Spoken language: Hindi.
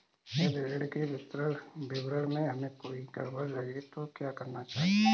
यदि ऋण के विवरण में हमें कोई गड़बड़ लगे तो क्या करना चाहिए?